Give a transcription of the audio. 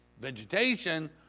vegetation